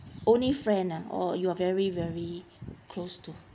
only friend ah oh you are very very close to